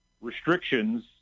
restrictions